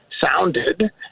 sounded